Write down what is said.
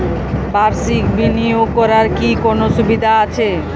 বাষির্ক বিনিয়োগ করার কি কোনো সুবিধা আছে?